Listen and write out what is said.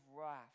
wrath